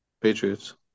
Patriots